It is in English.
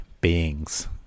beings